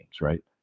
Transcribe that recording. right